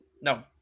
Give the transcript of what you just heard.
No